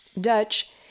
Dutch